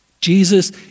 Jesus